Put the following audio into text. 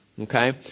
Okay